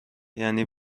یعنی